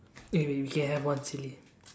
eh wait we can have one silly